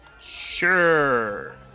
Sure